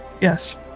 yes